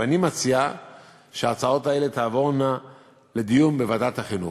ואני מציע שההצעות האלה תעבורנה לדיון בוועדת החינוך.